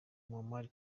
muammar